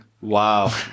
Wow